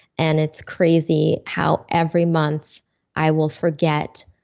and it's crazy how every month i will forget,